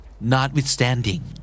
Notwithstanding